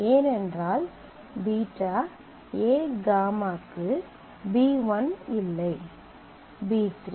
ஏனென்றால் β a γ க்கு b 1 இல்லை b 3